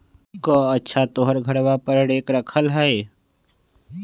कअच्छा तोहर घरवा पर रेक रखल हई?